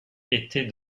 était